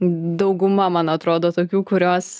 dauguma man atrodo tokių kurios